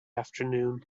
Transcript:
afternoon